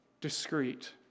discreet